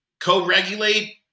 co-regulate